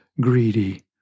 greedy